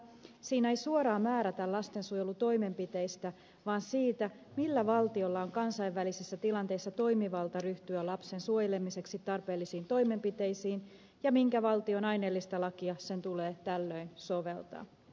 siinä ei suoraan määrätä lastensuojelutoimenpiteistä vaan siitä millä valtiolla on kansainvälisissä tilanteissa toimivalta ryhtyä lapsen suojelemiseksi tarpeellisiin toimenpiteisiin ja minkä valtion aineellista lakia sen tulee tällöin soveltaa